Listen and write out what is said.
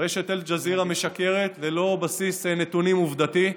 רשת אל-ג'זירה משקרת ללא בסיס נתונים עובדתי.